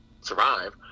survive